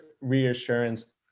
reassurance